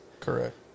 Correct